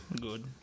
good